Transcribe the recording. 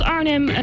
Arnhem